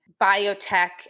biotech